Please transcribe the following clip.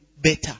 better